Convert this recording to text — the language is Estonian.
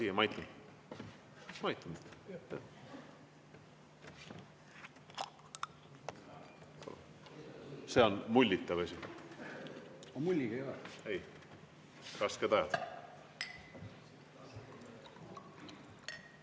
See on mullita vesi.